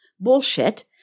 bullshit